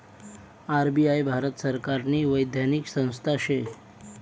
RBI Bharat सरकारनी वैधानिक संस्था शे